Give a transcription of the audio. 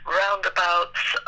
roundabouts